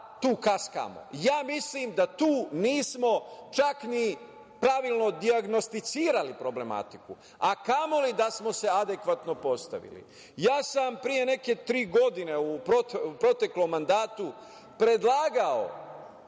tu kaskamo. Ja mislim da tu nismo čak ni pravilno dijagnostikovali problematiku, a kamoli da smo se adekvatno postavili. Ja sam pre neke tri godine u proteklom mandatu predlagao,